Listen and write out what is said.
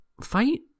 fight